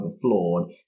flawed